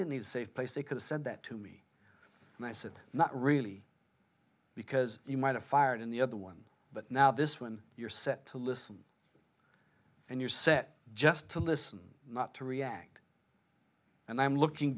did need safe place they could send that to me and i said not really because you might have fired in the other one but now this when you're set to listen and you're set just to listen not to react and i'm looking